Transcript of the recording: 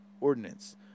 ordinance